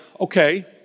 Okay